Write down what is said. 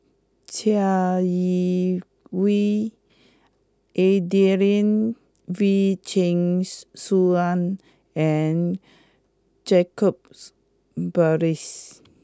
Chai Yee Wei Adelene Wee Chin Suan and Jacob Ballas